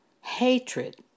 Hatred